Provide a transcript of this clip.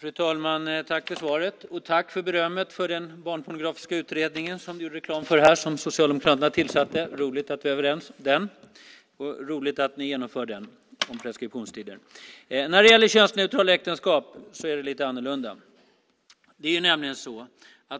Fru talman! Tack för svaret och tack för berömmet för den barnpornografiska utredningen, som du gjorde reklam för här och som Socialdemokraterna tillsatte. Det är roligt att vi är överens om den, och det är roligt att ni genomför förslaget om preskriptionstiden. Det är lite annorlunda med frågan om könsneutrala äktenskap.